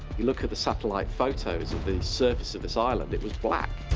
we looked at the satellite photos of the surface of this island. it was black.